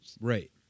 right